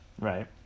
Right